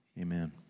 Amen